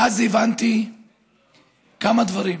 מאז הבנתי כמה דברים: